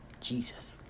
Jesus